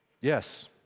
Yes